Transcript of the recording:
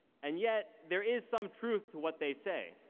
and yet, there is some truth to what they say.